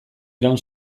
iraun